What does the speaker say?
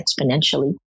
exponentially